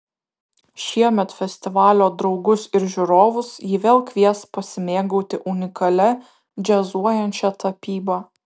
šiemet festivalio draugus ir žiūrovus ji vėl kvies pasimėgauti unikalia džiazuojančia tapyba